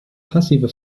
passive